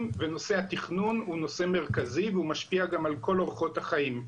ונושא התכנון הוא נושא מרכזי והוא משפיע גם על כל אורחות החיים.